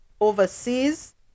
overseas